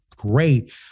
great